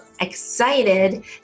excited